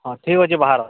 ହଁ ଠିକ୍ ଅଛି ବାହର